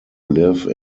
live